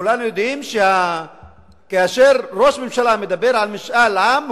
כולם יודעים שכאשר ראש הממשלה מדבר על משאל עם,